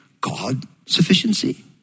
God-sufficiency